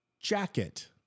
jacket